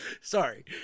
sorry